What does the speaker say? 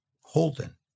Holden